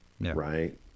right